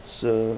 so